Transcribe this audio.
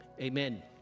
Amen